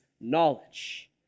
knowledge